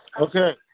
Okay